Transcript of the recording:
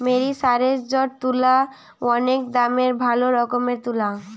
মেরিসারেসজড তুলা অনেক দামের ভালো রকমের তুলা